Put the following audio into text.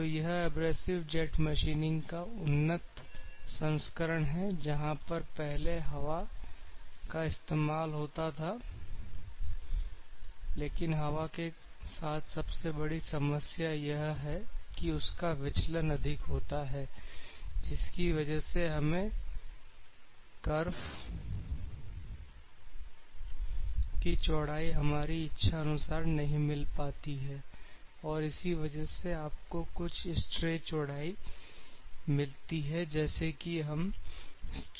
तो यह abrasive jet machining का उन्नत संस्करण है जहां पर पहले हवा का इस्तेमाल होता था लेकिन हवा के साथ सबसे बड़ी समस्या यह है कि उसका विचलन अधिक होता है जिसकी वजह से हमें करफ की चौड़ाई हमारी इच्छा अनुसार नहीं मिल पाती है और इसी वजह से आपको कुछ स्ट्रे चौड़ाई मिलती है जैसे कि हम स्ट्रे कटिंग कहते हैं